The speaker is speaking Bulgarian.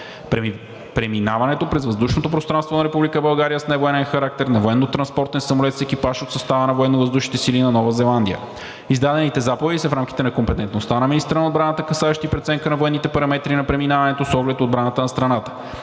преминаването през въздушното пространство на Република България с невоенен характер на военнотранспортен самолет с екипаж от състава на Военновъздушните сили на Нова Зеландия. Издадените заповеди са в рамките на компетентността на министъра на отбраната, касаещи преценка на военните параметри на преминаването с оглед отбраната на страната.